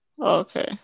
okay